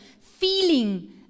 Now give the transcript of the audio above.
feeling